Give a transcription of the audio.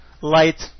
light